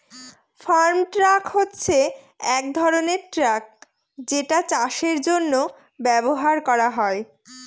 farm truck হচ্ছে এক ধরনের ট্র্যাক যেটা চাষের জন্য ব্যবহার করা হয়